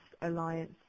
Alliance